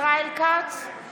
ישראל כץ, בעד רון כץ, נגד יוראי